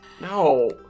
No